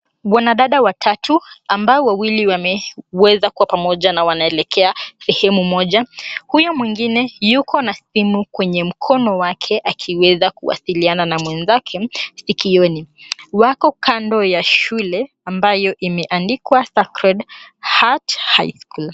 Wanadada watatu ambao wawili wameweza kuwa pamoja na wanaelekea sehemu moja. Huyo mwingine yuko na simu kwenye mkono wake akiweza kuwasiliana na mwenzake sikioni. Wako kando ya shule ambayo imeandikwa SACRED HEART HIGH SCHOOL.